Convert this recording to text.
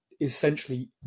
essentially